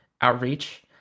outreach